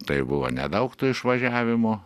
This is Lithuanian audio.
tai buvo nedaug tų išvažiavimų